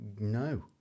no